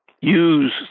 use